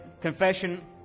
confession